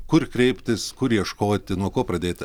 kur kreiptis kur ieškoti nuo ko pradėti